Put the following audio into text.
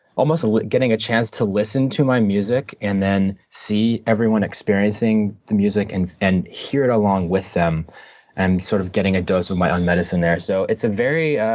almost ah getting a chance to listen to my music and then see everyone experiencing the music and and hear it along with them and sort of getting a dose of my and medicine there. so it's a very,